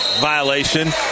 violation